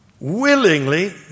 willingly